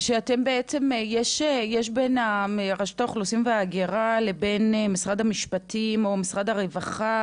יש בין רשות האוכלוסין וההגירה לבין משרד המשפטים או משרד הרווחה,